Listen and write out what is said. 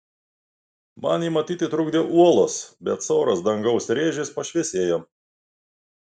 man jį matyti trukdė uolos bet siauras dangaus rėžis pašviesėjo